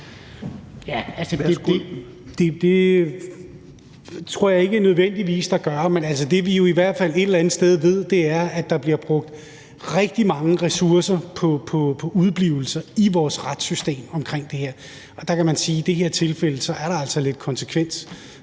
Det tror jeg ikke nødvendigvis der gør, men altså, det, vi jo i hvert fald et eller andet sted ved, er, at der bliver brugt rigtig mange ressourcer på udeblivelser i vores retssystem i forhold til det her, og der kan man sige, at i det her tilfælde er der altså lidt konsekvens